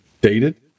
dated